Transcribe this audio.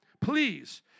please